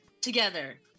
together